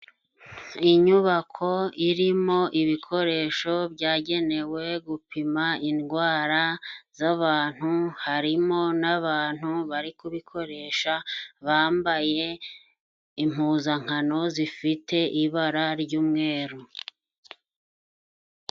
Inyubako irimo ibikoresho byagenewe gupima indwara z' abantu, harimo n' abantu bari kubikoresha bambaye impuzankano zifite ibara ry'umweru.